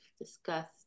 discussed